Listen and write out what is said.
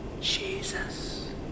Jesus